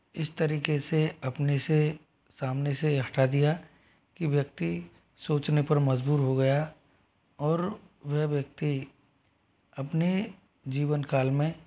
इस तरीके से अपने से सामने से हटा दिया कि व्यक्ति सोचने पर मजबूर हो गया और वह व्यक्ति अपने जीवन काल में